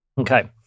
Okay